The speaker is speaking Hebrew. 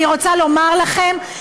אני רוצה לומר לכם,